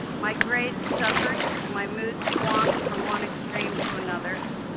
my grades suffered as my moods swung from one extreme to another,